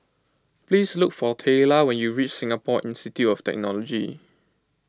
please look for Tayla when you reach Singapore Institute of Technology